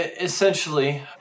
essentially